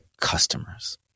customers